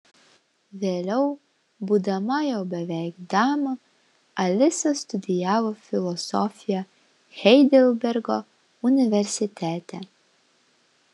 vėliau būdama jau beveik dama alisa studijavo filosofiją heidelbergo universitete